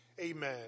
amen